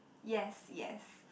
yes yes